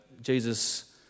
Jesus